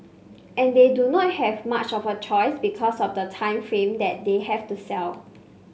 and they do not have much of a choice because of the time frame that they have to sell